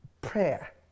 prayer